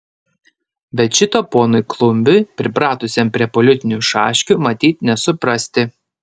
bet šito ponui klumbiui pripratusiam prie politinių šaškių matyt nesuprasti